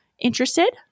interested